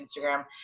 Instagram